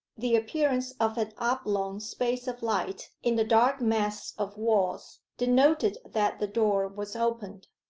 the appearance of an oblong space of light in the dark mass of walls denoted that the door was opened.